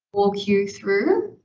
walk you through.